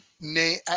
name